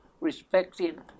respecting